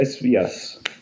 yes